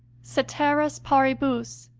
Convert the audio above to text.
ceteris paribus,